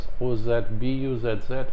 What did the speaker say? O-Z-B-U-Z-Z